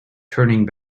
turning